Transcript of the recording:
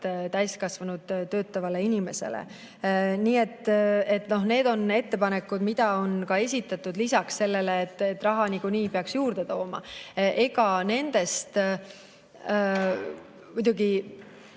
täiskasvanud töötavale inimesele. Nii et need on ettepanekud, mida on esitatud lisaks sellele, et raha nagunii peaks juurde tooma. Ega muidugi